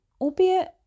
albeit